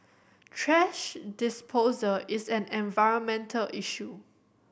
thrash disposal is an environmental issue